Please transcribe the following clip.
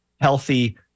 healthy